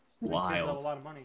Wild